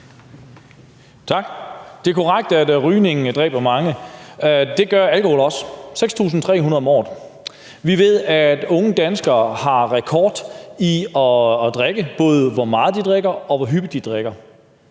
Tak. Det er korrekt, at rygning dræber mange. Det gør alkohol også, nemlig 6.300 om året. Vi ved, at unge danskere har rekord i at drikke – det er både i, hvor meget de drikker, og hvor hyppigt de drikker.